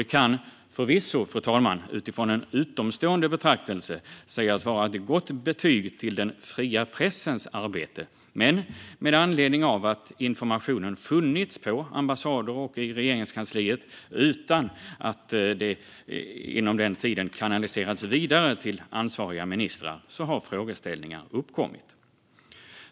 Det kan förvisso, fru talman, utifrån en utomstående betraktelse sägas vara ett gott betyg till den fria pressens arbete, men med anledning av att informationen har funnits på ambassader och i Regeringskansliet utan att den har kanaliserats vidare till ansvariga ministrar har frågor uppkommit.